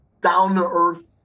down-to-earth